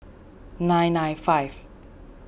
nine nine five